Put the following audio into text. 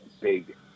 big